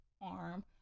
arm